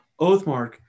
Oathmark